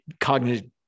cognitive